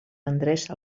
endreça